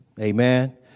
Amen